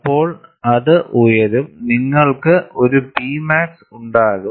അപ്പോൾ അത് ഉയരും നിങ്ങൾക്ക് ഒരു P മാക്സ് ഉണ്ടാകും